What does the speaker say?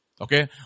Okay